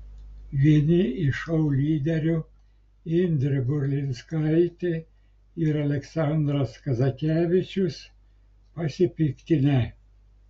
vieni iš šou lyderių indrė burlinskaitė ir aleksandras kazakevičius pasipiktinę